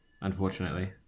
unfortunately